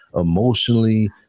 emotionally